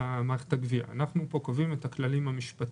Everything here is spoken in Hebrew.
אנחנו קובעים פה את הכללים המשפטיים.